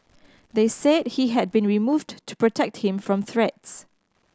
they said he had been removed to protect him from threats